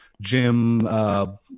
Jim